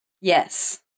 Yes